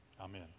Amen